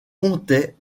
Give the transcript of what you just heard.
comptait